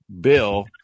bill